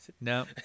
no